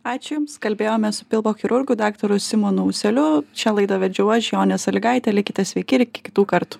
ačiū jums kalbėjomės su pilvo chirurgu daktaru simonu ūseliu šią laidą vedžiau aš jonė salygaitė likite sveiki ir kitų kartų